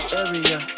area